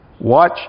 Watch